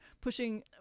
pushing